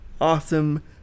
awesome